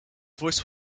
voice